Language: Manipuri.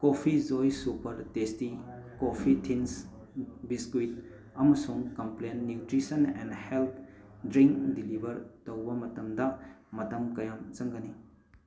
coffee joy super tasty coffee thins biscuit ꯑꯃꯁꯨꯡ Complan nutrition and health drink deliver ꯇꯧꯕ ꯃꯇꯝꯗ ꯃꯇꯝ ꯀꯌꯥꯝ ꯆꯪꯒꯅꯤ